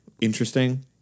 interesting